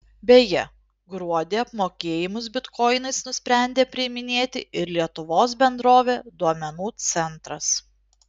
beje gruodį apmokėjimus bitkoinais nusprendė priiminėti ir lietuvos bendrovė duomenų centras